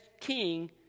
king